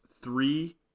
three